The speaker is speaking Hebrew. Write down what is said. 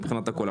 מבחינת הכול.